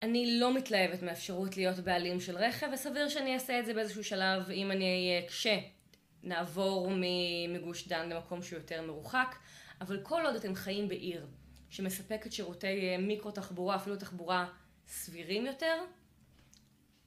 אני לא מתלהבת מהאפשרות להיות בעלים של רכב, וסביר שאני אעשה את זה באיזשהו שלב אם אני אהיה כשנעבור מגוש דן למקום שהוא יותר מרוחק, אבל כל עוד אתם חיים בעיר שמספקת שירותי מיקרו-תחבורה, אפילו תחבורה סבירים יותר...